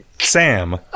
Sam